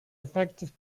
effective